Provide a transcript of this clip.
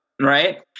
right